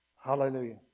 Hallelujah